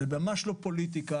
זה ממש לא פוליטיקה,